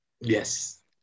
Yes